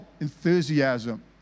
enthusiasm